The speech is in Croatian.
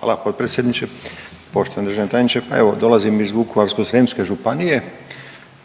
Hvala potpredsjedniče. Poštovani državni tajniče, pa evo dolazim iz Vukovarsko-srijemske županije,